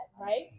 right